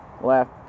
left